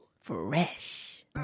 Fresh